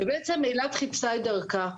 ואילת חיפשה את דרכה,